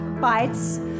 bites